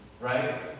right